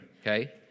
okay